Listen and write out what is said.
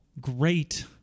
Great